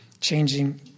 changing